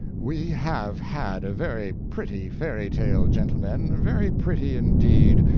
we have had a very pretty fairy tale, gentlemen very pretty indeed.